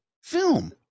Film